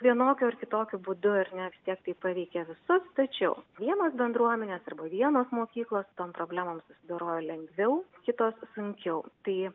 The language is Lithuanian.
vienokiu ar kitokiu būdu ar ne vis tiek tai paveikia visus tačiau vienos bendruomenės arba vienos mokyklos su tom problemom susidoroja lengviau kitos sunkiau tai